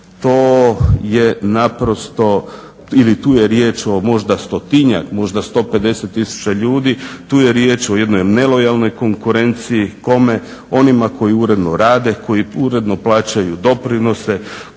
to je naprosto ili tu je riječ o možda stotinjak, možda 150 tisuća ljudi, tu je riječ o jednoj nelojalnoj konkurenciji. Kome? Onima koji uredno rade, koji uredno plaćaju doprinose,